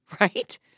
right